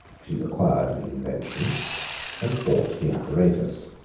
she acquired the invention and bought the apparatus.